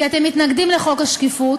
כי אתם מתנגדים לחוק השקיפות,